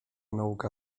nauka